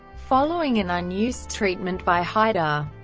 following an unused treatment by haidar,